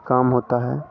काम होता है